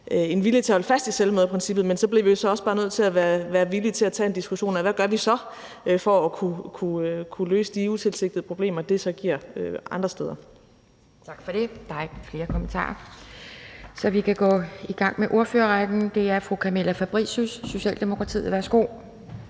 en vilje til at holde fast i selvmøderprincippet. Men vi bliver så bare også nødt til at være villige til at tage en diskussion af, hvad vi så gør for at kunne løse de utilsigtede problemer, det så giver andre steder. Kl. 12:20 Anden næstformand (Pia Kjærsgaard): Tak for det. Der er ikke flere kommentarer. Så vi kan gå i gang med ordførerrækken. Det er fru Camilla Fabricius, Socialdemokratiet. Værsgo.